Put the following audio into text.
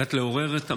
על מנת לעורר את המערכת.